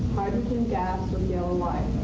gas with yellow light.